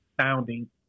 sounding